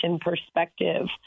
perspective